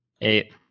Eight